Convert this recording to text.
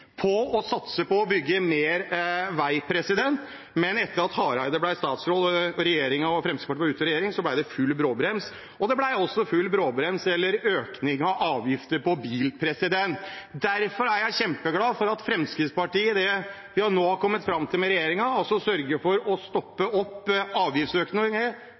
på å satse på å bygge mer vei. Men etter at Hareide ble statsråd og Fremskrittspartiet var ute av regjering, ble det full bråbrems, og det ble også full bråbrems, eller økning, når det gjelder avgifter på bil. Derfor er jeg kjempeglad for at Fremskrittspartiet, med det vi nå har kommet fram til med regjeringen, sørger for å